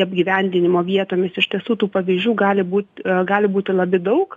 apgyvendinimo vietomis iš tiesų tų pavyzdžių gali būt gali būti labai daug